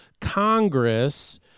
Congress